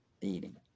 eating